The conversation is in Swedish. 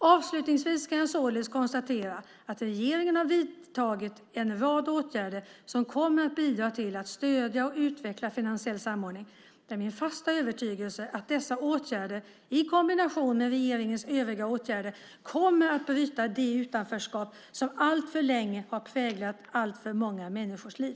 Avslutningsvis kan jag således konstatera att regeringen har vidtagit en rad åtgärder som kommer att bidra till att stödja och utveckla finansiell samordning. Det är min fasta övertygelse att dessa åtgärder, i kombination med regeringens övriga åtgärder, kommer att bryta det utanförskap som alltför länge har präglat alltför många människors liv.